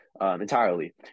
entirely